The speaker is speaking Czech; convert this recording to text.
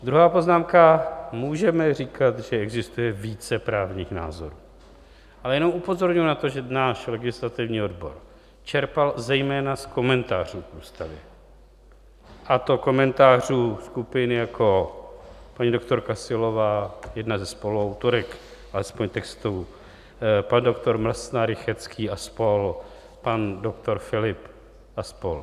Druhá poznámka: Můžeme říkat, že existuje více právních názorů, Ale jenom upozorňuji na to, že náš legislativní odbor čerpal zejména z komentářů k ústavě, a to komentářů skupin jako paní doktorka Syllová, jedna ze spoluautorek alespoň textu, pan doktor Mlsna, Rychetský a spol., pan doktor Filip a spol.